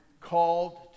called